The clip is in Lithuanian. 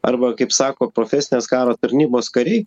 arba kaip sako profesinės karo tarnybos kariai